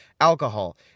alcohol